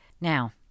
Now